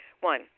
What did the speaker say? One